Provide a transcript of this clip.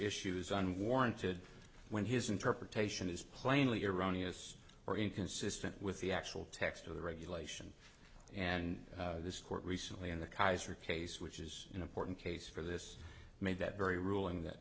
issues on warranted when his interpretation is plainly erroneous or inconsistent with the actual text of the regulation and this court recently in the kaiser case which is an important case for this made that very ruling that